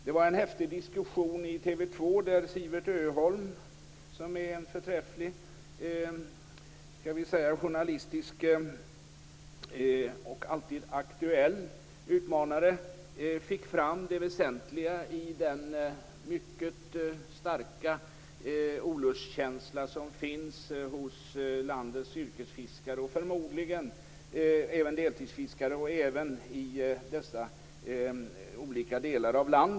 Det fördes en häftig diskussion i TV 2, där Siewert Öholm, som är en förträfflig journalistisk och alltid aktuell utmanare, fick fram det väsentliga i den mycket starka olustkänsla som finns hos landets yrkesfiskare och förmodligen även deltidsfiskare i olika delar av landet.